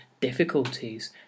difficulties